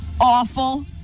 awful